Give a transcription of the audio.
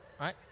Right